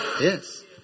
Yes